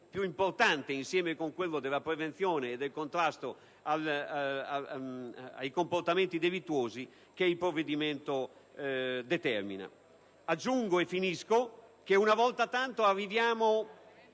più importante, insieme a quello della prevenzione e del contrasto ai comportamenti delittuosi, che il provvedimento determina. Aggiungo poi che una volta tanto si arriva